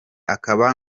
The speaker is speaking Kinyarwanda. akaba